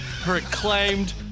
proclaimed